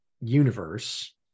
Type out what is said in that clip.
universe